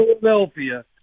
Philadelphia